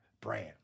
brand